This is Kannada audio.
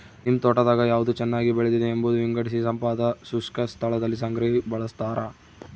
ನಿಮ್ ತೋಟದಾಗ ಯಾವ್ದು ಚೆನ್ನಾಗಿ ಬೆಳೆದಿದೆ ಎಂಬುದ ವಿಂಗಡಿಸಿತಂಪಾದ ಶುಷ್ಕ ಸ್ಥಳದಲ್ಲಿ ಸಂಗ್ರಹಿ ಬಳಸ್ತಾರ